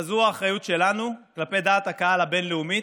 אבל זו האחריות שלנו כלפי דעת הקהל הבין-לאומית.